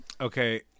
Okay